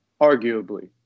arguably